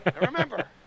Remember